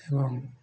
ଏବଂ